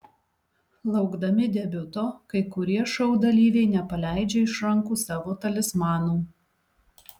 laukdami debiuto kai kurie šou dalyviai nepaleidžia iš rankų savo talismanų